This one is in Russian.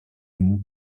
ему